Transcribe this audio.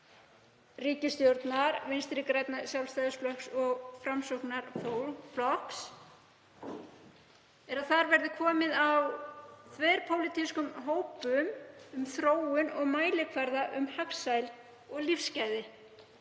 ríkisstjórnar Vinstri grænna, Sjálfstæðisflokks og Framsóknarflokks, þ.e. að þar verði komið á þverpólitískum hópum um þróun mælikvarða um hagsæld og lífsgæði.